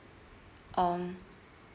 um